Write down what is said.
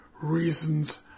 reasons